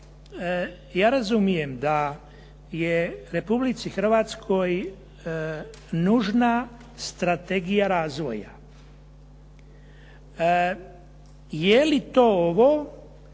ja razumijem da je Republici Hrvatskoj nužna strategija razvoja. Je li to ovo